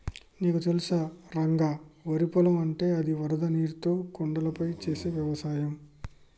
నీకు తెలుసా రంగ వరి పొలం అంటే అది వరద నీరుతో కొండలపై చేసే వ్యవసాయం